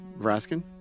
Vraskin